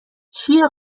چیه